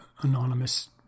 anonymous